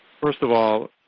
first of all,